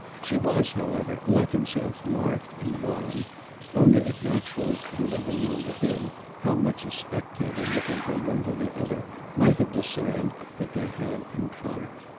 she was, however, like himself marked and wan only it naturally couldn't have been known to him how much a spectator looking from one to the other might have discerned that they had in common.